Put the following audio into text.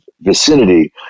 vicinity